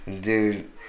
dude